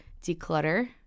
declutter